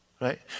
Right